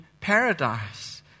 paradise